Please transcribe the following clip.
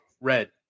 red